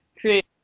create